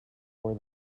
for